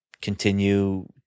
continue